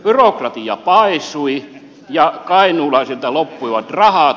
byrokratia paisui ja kainuulaisilta loppuivat rahat